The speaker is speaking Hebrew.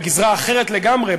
בגזרה אחרת לגמרי,